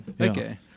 okay